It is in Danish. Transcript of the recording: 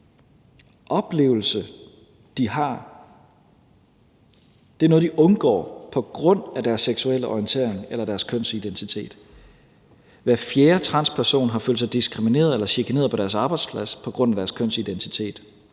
konkret oplevelse, de har. Det er noget, de undgår på grund af deres seksuelle orientering eller deres kønsidentitet. Hver fjerde transperson har følt sig diskrimineret eller chikaneret på deres arbejdsplads på grund af deres kønsidentitet,